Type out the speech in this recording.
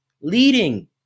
Leading